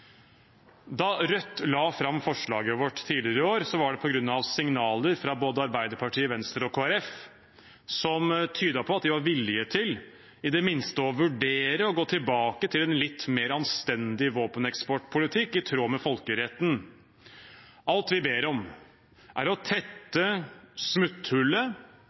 Da Rødt la fram forslaget vårt tidligere i år, var det på grunn av signaler fra både Arbeiderpartiet, Venstre og Kristelig Folkeparti som tydet på at de var villige til i det minste å vurdere å gå tilbake til en litt mer anstendig våpeneksportpolitikk, i tråd med folkeretten. Alt vi ber om, er å tette smutthullet,